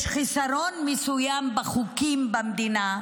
יש חיסרון מסוים בחוקים במדינה,